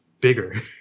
bigger